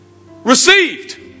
received